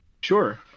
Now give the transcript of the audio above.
Sure